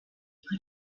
put